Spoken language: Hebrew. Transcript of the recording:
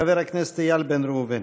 חבר הכנסת איל בן ראובן.